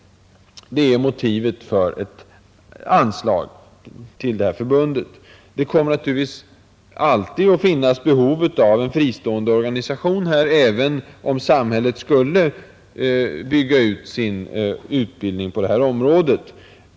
Det är motivet för ett anslag till det här förbundet. Det kommer naturligtvis alltid att finnas behov av en fristående organisation här, även om samhället skulle bygga ut sin utbildning på detta område.